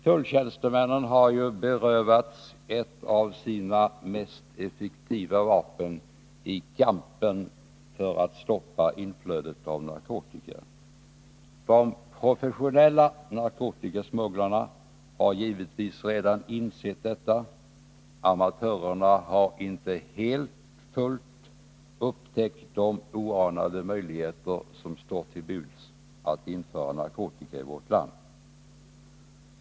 Tulltjänstemännen har ju berövats ett av sina mest effektiva vapen i kampen för att stoppa inflödet av narkotika. De professionella narkotikasmugglarna har givetvis redan insett detta. Amatörerna har inte helt och fullt upptäckt de oanade möjligheter som står till buds för att införa narkotika i vårt land.